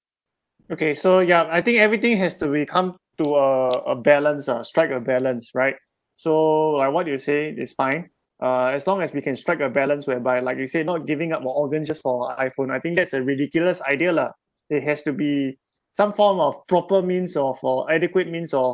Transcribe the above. okay so yup I think everything has to become to a a balance ah strike a balance right so like what you said is fine uh as long as we can strike a balance whereby like you said not giving up a organ just for a iphone I think that's a ridiculous idea lah it has to be some form of proper means of or adequate means or